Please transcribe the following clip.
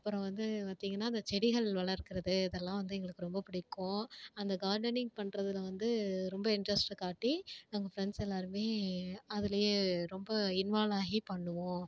அப்புறோம் வந்து பார்த்திங்கனா அந்த செடிகள் வளர்க்கிறது இதெல்லாம் வந்து எங்களுக்கு ரொம்ப பிடிக்கும் அந்த கார்டனிங் பண்ணுறதுல வந்து ரொம்ப இன்ட்ரஸ்ட்டு காட்டி நாங்கள் ஃப்ரெண்ட்ஸ் எல்லோருமே அதுலேயே ரொம்ப இன்வால்வ் ஆகி பண்ணுவோம்